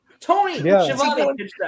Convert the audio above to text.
Tony